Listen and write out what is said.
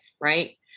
Right